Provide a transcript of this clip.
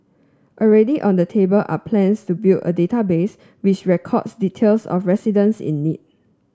already on the table are plans to build a database which records details of residents in need